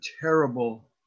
terrible